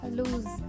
lose